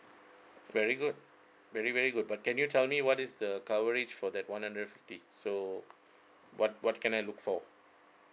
very good very very good but can you tell me what is the coverage for that one hundred fifty so what what can I look for